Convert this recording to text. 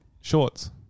shorts